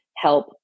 help